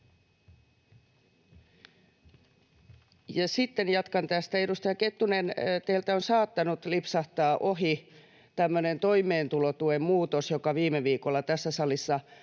Sitten jatkan tästä: Edustaja Kettunen, teiltä on saattanut lipsahtaa ohi tämmöinen toimeentulotuen muutos, josta viime viikolla tässä salissa äänestettiin,